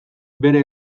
bere